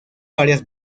varias